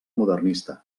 modernista